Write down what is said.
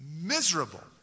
miserable